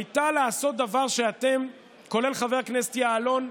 הייתה לעשות דבר שאתם, כולל חבר הכנסת יעלון,